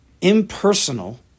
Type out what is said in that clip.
Impersonal